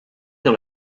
dans